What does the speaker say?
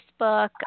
Facebook